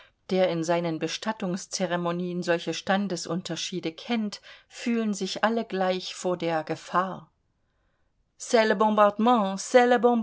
der in seinen bestattungsceremonien solche standesunterschiede kennt fühlen sich alle gleich vor der gefahr